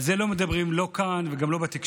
על זה לא מדברים, לא כאן וגם לא בתקשורת.